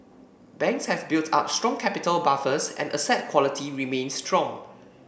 banks have built up strong capital buffers and asset quality remains strong